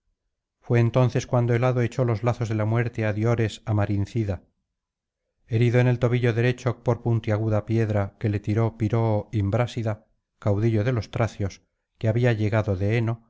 fué entonces cuando el hado echó los lazos de la muerte á diores amarincida herido en el tobillo derecho por puntiaguda piedra que le tiró piroo imbrásida caudillo de los tracios que había llegado de enola